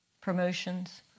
Promotions